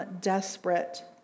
desperate